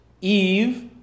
Eve